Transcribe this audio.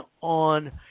on